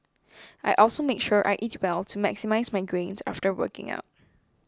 I also make sure I eat well to maximise my gains after working out